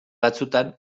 batzuetan